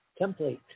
template